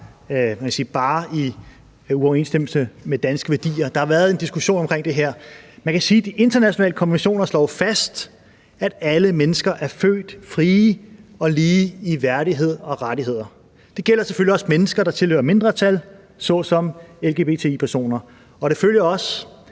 bare i uoverensstemmelse med danske værdier. Der har været en diskussion om det her. Man kan sige, at de internationale konventioner jo slår fast, at alle mennesker er født frie og lige med værdighed og rettigheder. Det gælder selvfølgelig også mennesker, der tilhører mindretal såsom lgbti-personer. Og det følger også